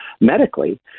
medically